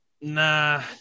Nah